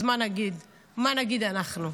אז מה נגיד, מה נגיד אנחנו?